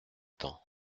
temps